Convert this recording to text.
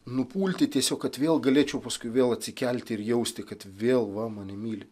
nupulti tiesiog kad vėl galėčiau paskui vėl atsikelti ir jausti kad vėl va mane myli